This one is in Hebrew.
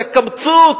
הקמצוץ,